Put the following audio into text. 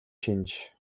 шинж